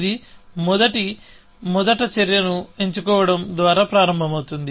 ఇది మొదట మొదటి చర్యను ఎంచుకోవడం ద్వారా ప్రారంభమవు తుంది